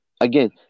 Again